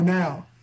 now